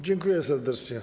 Dziękuję serdecznie.